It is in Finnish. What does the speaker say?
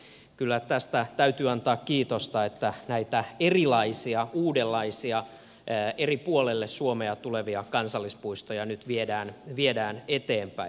ja kyllä tästä täytyy antaa kiitosta että näitä erilaisia uudenlaisia eri puolelle suomea tulevia kansallispuistoja nyt viedään eteenpäin